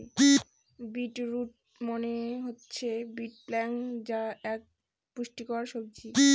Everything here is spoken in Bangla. বিট রুট মনে হচ্ছে বিট পালং যা এক পুষ্টিকর সবজি